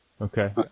Okay